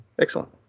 excellent